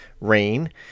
rain